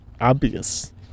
obvious